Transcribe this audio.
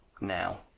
now